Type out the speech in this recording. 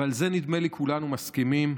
ועל זה נדמה לי שכולנו מסכימים,